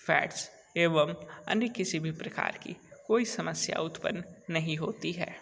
fats एवं अन्य किसी भी प्रकार की कोई समस्या उत्पन्न नहीं होती है